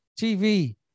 tv